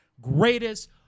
greatest